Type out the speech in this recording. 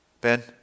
Ben